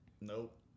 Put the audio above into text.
Nope